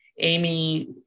Amy